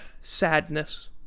Sadness